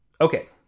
Okay